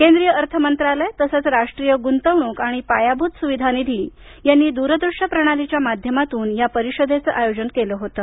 केंद्रीय अर्थ मंत्रालय तसंच राष्ट्रीय गुंतवणूक आणि पायाभूत सुविधा निधी यांनी दूरदृश्य प्रणालीच्या माध्यमातून या परीषदेचं आयोजन केलं होतं